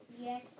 Yes